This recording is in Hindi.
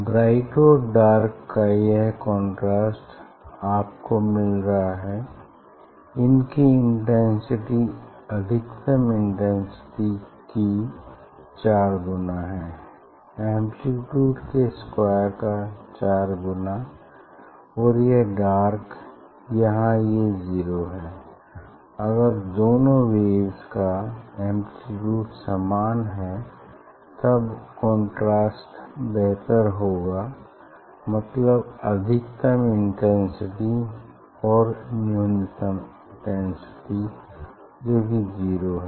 ब्राइट और डार्क का यह कंट्रास्ट आपको मिल रहा है इनकी इंटेंसिटी अधिकतम इंटेंसिटी की चार गुना है एम्प्लीट्यूड के स्क्वायर का चार गुना और यह डार्क यहाँ ये जीरो है अगर दोनों वेव्स का एम्प्लीट्यूड समान हैं तब कंट्रास्ट बेहतर होगा मतलब अधिकतम इंटेंसिटी और न्यूनतम इंटेंसिटी जो की जीरो है